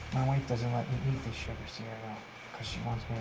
wife doesn't let me eat this sugar cereal because she wants